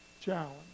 challenge